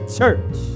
church